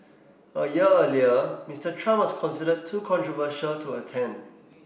a year earlier Mister Trump was considered too controversial to attend